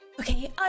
Okay